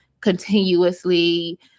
continuously